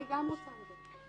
אני גם רוצה לדבר.